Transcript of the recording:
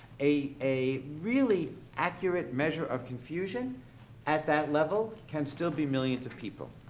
a a really accurate measure of confusion at that level can still be millions of people.